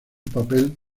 papel